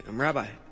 um rabbi,